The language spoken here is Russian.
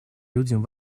людям